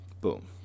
Boom